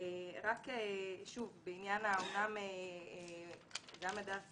אמנם גם הדס